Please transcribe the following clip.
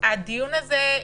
הדיון הזה,